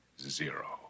zero